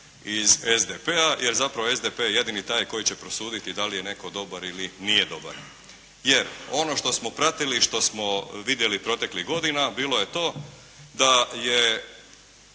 iz SDP-a, jer zapravo SDP je jedini taj koji će prosuditi da li je netko dobar ili nije dobar. Jer, ono što smo pratili, što smo vidjeli proteklih godina bilo je to da je